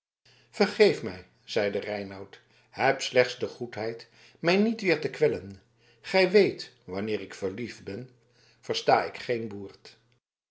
vergeef mij zeide reinout heb slechts de goedheid mij niet weer te kwellen gij weet wanneer ik verliefd ben versta ik geen boert